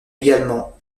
également